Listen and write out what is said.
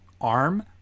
arm